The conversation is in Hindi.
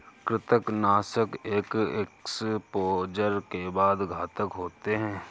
कृंतकनाशक एक एक्सपोजर के बाद घातक होते हैं